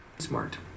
Smart